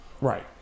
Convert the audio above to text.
Right